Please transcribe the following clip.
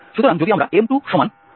সুতরাং যদি আমরা M2